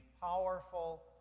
powerful